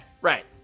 right